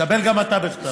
תקבל גם אתה בכתב.